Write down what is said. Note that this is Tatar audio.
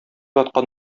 аткан